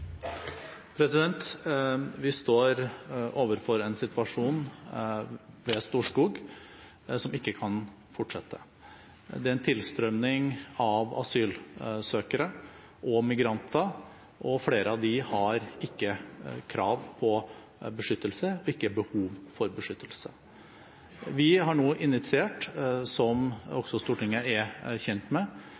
Vi står overfor en situasjon ved Storskog som ikke kan fortsette. Det er en tilstrømning av asylsøkere og migranter, og flere av dem har ikke krav på beskyttelse og ikke behov for beskyttelse. Vi har nå tatt – som også Stortinget er kjent med